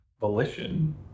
volition